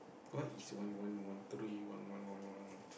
what is one one one three one one one one one